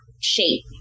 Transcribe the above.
shape